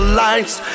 lights